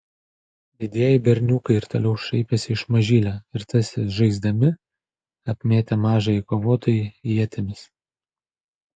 didieji berniukai ir toliau šaipėsi iš mažylio ir tarsi žaisdami apmėtė mažąjį kovotoją ietimis